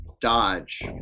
dodge